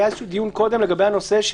שהיה איזשהו דיון קודם לגבי הנושא: